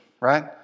right